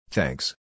Thanks